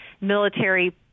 military